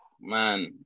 man